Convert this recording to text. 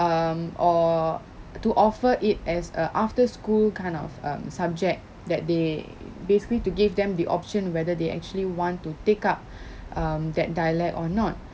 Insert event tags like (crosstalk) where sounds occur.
um or to offer it as a after school kind of um subject that they basically to give them the option whether they actually want to take up (breath) um that dialect or not